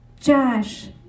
Josh